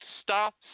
stop